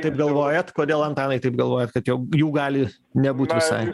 taip galvojat kodėl antanai taip galvojat kad jau jų gali nebūt visai